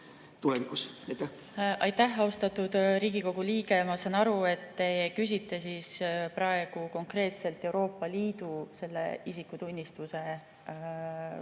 tulevikus? Aitäh, austatud Riigikogu liige! Ma saan aru, et te küsite praegu konkreetselt Euroopa Liidu isikutunnistuse kohta,